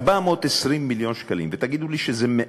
כש-420 מיליון שקלים, ותגידו לי שזה מעט,